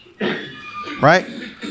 right